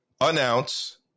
announce